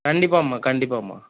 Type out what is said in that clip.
கண்டிப்பாகம்மா கண்டிப்பாகம்மா